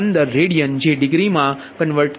015 radian જે ડિગ્રીમાં 0